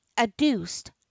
adduced